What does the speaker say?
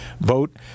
vote